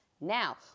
now